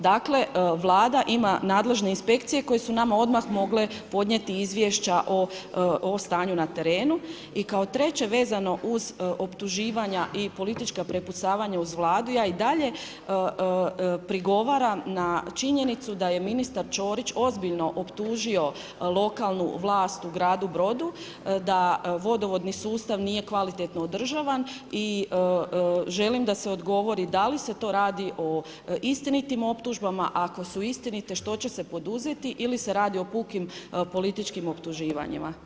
Dakle, Vlada ima nadležne inspekcije koje su nama odmah mogle podnijeti izvješća o stanju na terenu i kao treće, vezano uz optuživanja i politička prepucavanja uz Vladu, ja i dalje prigovaram na činjenicu da je ministar Ćorić ozbiljno optužio lokalnu vlast u gradu Brodu da vodovodni sustav nije kvalitetno održavan i želim da se odgovori da li se to radi o istinitim optužbama, ako su istinite, što će se poduzeti ili se radi o pukim političkim optuživanjima.